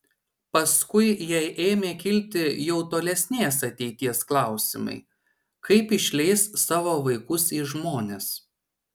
paskui jai ėmė kilti jau tolesnės ateities klausimai kaip išleis savo vaikus į žmones